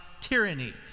tyranny